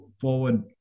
forward